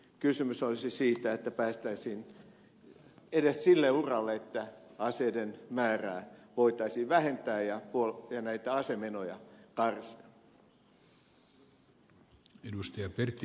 kysymys olisi siitä että päästäisiin edes sille uralle että aseiden määrää voitaisiin vähentää ja näitä asemenoja karsia